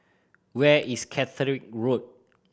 where is Caterick Road